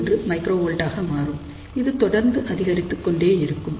21 μV ஆக மாறும் இது தொடர்ந்து அதிகரித்துக் கொண்டே இருக்கும்